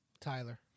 Tyler